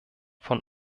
von